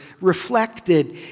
reflected